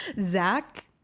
Zach